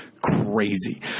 crazy